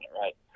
right